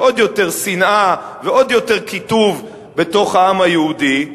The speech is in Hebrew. ועוד יותר שנאה ועוד יותר קיטוב בתוך העם היהודי.